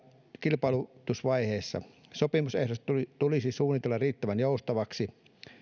kilpailutusvaiheessa sopimusehdot tulisi suunnitella riittävän joustaviksi